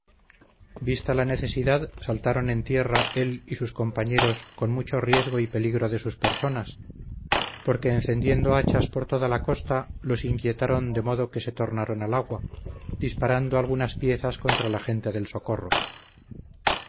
vista la necesidad saltaron en tierra él y sus compañeros con mucho riesgo y peligro de sus personas porque encendiendo hachas por toda la costa los inquietaron de modo que se tornaron al agua disparando algunas piezas contra la gente del socorro